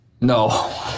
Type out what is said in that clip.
No